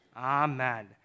Amen